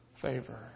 favor